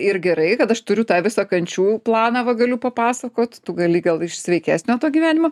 ir gerai kad aš turiu tą visą kančių planą va galiu papasakot tu gali gal iš sveikesnio to gyvenimo